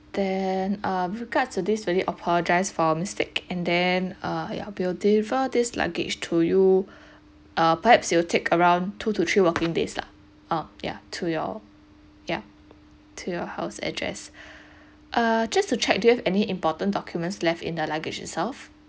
then uh regards to this very apologize for our mistake and then uh ya we'll this luggage to you err perhaps it will take around two to three working days lah ah ya to your ya to your house address uh just to check do have any important documents left in the luggage itself